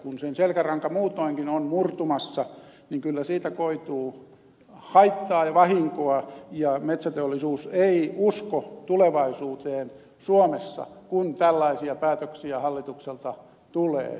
kun sen selkäranka muutoinkin on murtumassa niin kyllä siitä koituu haittaa ja vahinkoa eikä metsäteollisuus usko tulevaisuuteen suomessa kun tällaisia päätöksiä hallitukselta tulee